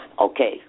Okay